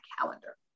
calendar